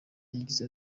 yagize